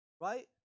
right